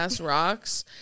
rocks